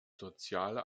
soziale